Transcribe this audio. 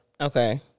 Okay